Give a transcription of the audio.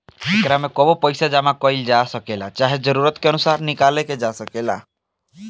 एकरा में कबो पइसा जामा कईल जा सकेला, चाहे जरूरत के अनुसार निकलाल जा सकेला